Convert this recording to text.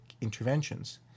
interventions